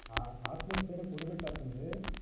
ಆ ಆತ್ಮಸ್ಥೈರ್ಯ ಕೊಡ್ಬೇಕಾಯ್ತಂದ್ರೆ